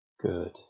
Good